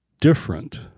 different